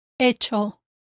hecho